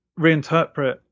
reinterpret